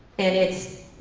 and it's.